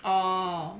oh